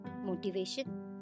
motivation